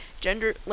gender